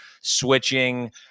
switching